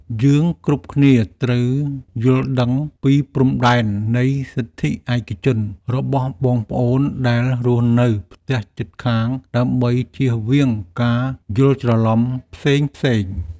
យើងគ្រប់គ្នាត្រូវយល់ដឹងពីព្រំដែននៃសិទ្ធិឯកជនរបស់បងប្អូនដែលរស់នៅផ្ទះជិតខាងដើម្បីជៀសវាងការយល់ច្រឡំផ្សេងៗ។